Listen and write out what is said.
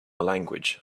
language